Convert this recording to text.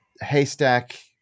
haystack